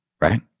right